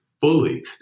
fully